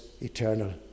eternal